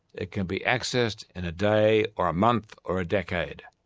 it can be accessed in a day or a month or a decade.